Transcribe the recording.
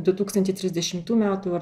du tūkstančiai trisdešimtų metų ar